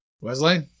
Wesley